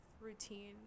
routine